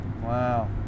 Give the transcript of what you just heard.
Wow